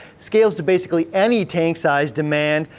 scales to basically any tank size demand,